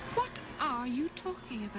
ah you talking